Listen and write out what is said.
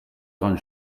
grand